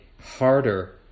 harder